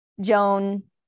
Joan